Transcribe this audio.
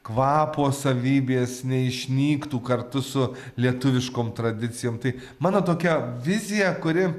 kvapo savybės neišnyktų kartu su lietuviškom tradicijom tai mano tokia vizija kuri